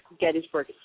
Gettysburg